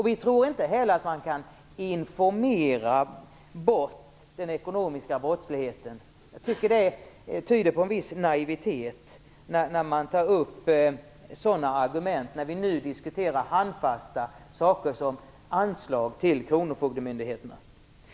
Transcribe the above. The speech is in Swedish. Vi tror inte heller att man kan informera bort den ekonomiska brottsligheten. Det tyder på en viss naivitet när man tar upp sådana argument när vi nu diskuterar handfasta saker som anslag till kronofogdemyndigheterna.